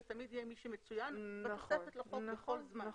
זה תמיד יהיה מי שמצוינת בתוספת לחוק בכל זמן.